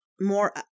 more